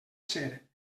ser